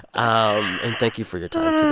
um and thank you for your time today.